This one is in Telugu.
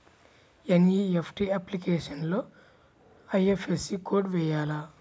ఎన్.ఈ.ఎఫ్.టీ అప్లికేషన్లో ఐ.ఎఫ్.ఎస్.సి కోడ్ వేయాలా?